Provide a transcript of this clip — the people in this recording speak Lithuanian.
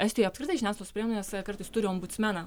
estijoj apskritai žiniasklaidos priemonės kartais turi ombudsmeną